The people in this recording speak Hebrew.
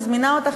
מזמינה אותך,